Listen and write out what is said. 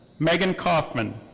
megan kaufmann.